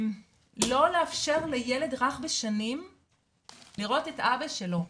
לא לאפשר לילד רך בשנים לראות את אבא שלו.